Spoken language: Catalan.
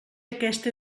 aquesta